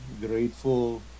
grateful